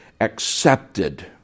accepted